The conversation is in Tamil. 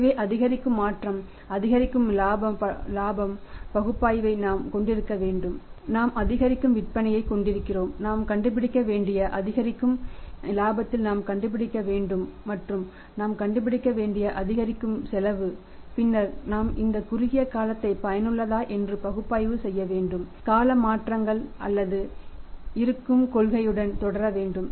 எனவே அதிகரிக்கும் மாற்றம் அதிகரிக்கும் இலாப பகுப்பாய்வை நாம் கொண்டிருக்க வேண்டும் நாம் அதிகரிக்கும் விற்பனையைக் கொண்டிருக்கிறோம் நாம் கண்டுபிடிக்க வேண்டிய அதிகரிக்கும் இலாபத்தில் நாம் கண்டுபிடிக்க வேண்டும் மற்றும் நாம் கண்டுபிடிக்க வேண்டிய அதிகரிக்கும் செலவு பின்னர் நாம் இந்த குறுகிய காலத்தை பயனுள்ளதா என்று பகுப்பாய்வு செய்ய வேண்டும் கால மாற்றங்கள் அல்லது இருக்கும்கொள்கையுடன் தொடர வேண்டும்